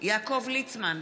יעקב ליצמן,